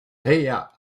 ear